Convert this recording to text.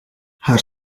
haar